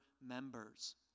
members